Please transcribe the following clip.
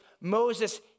Moses